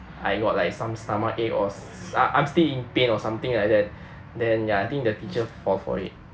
I got like some stomachache or s~ I'm still in pain or something like that then ya I think the teacher fall for it